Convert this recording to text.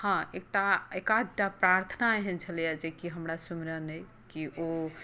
हाँ एकाध टा प्रार्थना एहन छलैया जेकि हमरा सुमिरन अहि कि वो